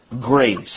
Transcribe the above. grace